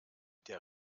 der